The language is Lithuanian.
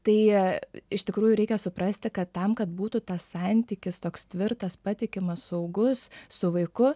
tai iš tikrųjų reikia suprasti kad tam kad būtų tas santykis toks tvirtas patikimas saugus su vaiku